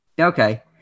Okay